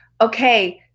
okay